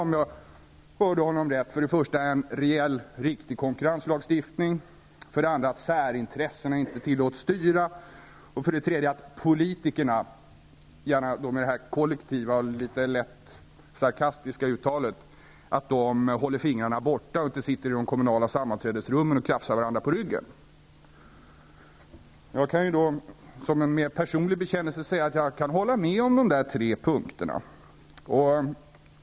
Om jag hörde rätt, var det för det första en riktig konkurrenslagstiftning, för det andra att särintressen inte tillåts styra och för det tredje att politikerna sagt med understrykande av det kollektiva och med lätt sarkastiskt uttal -- håller fingrarna borta och inte sitter i de kommunala sammanträdesrummen och krafsar varandra på ryggen. Jag kan då som en mer personlig bekännelse säga att jag kan hålla med om de där tre punkterna.